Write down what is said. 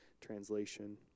Translation